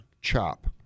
CHOP